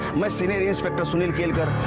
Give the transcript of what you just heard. i, senior inspector sunil kelkar